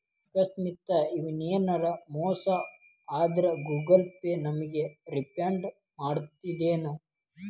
ಆಕಸ್ಮಾತ ಯೆನರ ಮೋಸ ಆದ್ರ ಗೂಗಲ ಪೇ ನಮಗ ರಿಫಂಡ್ ಮಾಡ್ತದೇನು?